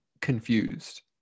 confused